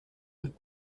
deux